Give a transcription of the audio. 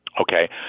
Okay